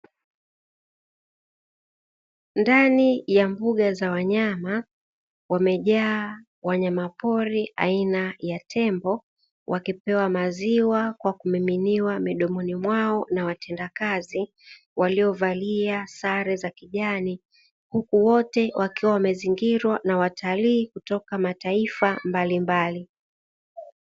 Ndani ya mbuga za wanyama, wamejaa wanyama pori aina ya tembo, wakipewa maziwa kwa kumiminiwa midomoni mwao, na watendakazi waliovalia sare za kijani. Huku wote wakiwa wamezingirwa na watalii kutoka mataifa mbali mbali.